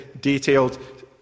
detailed